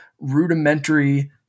rudimentary